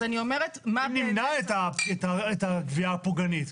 אם נמנע את הגבייה הפוגענית,